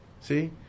See